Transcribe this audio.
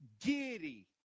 giddy